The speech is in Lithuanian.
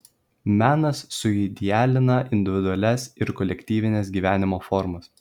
menas suidealina individualias ir kolektyvines gyvenimo formas